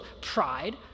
pride